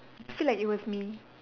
feel like it was me